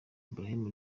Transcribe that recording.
abraham